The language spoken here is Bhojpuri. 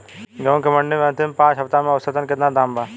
गेंहू के मंडी मे अंतिम पाँच हफ्ता से औसतन केतना दाम बा?